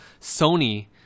Sony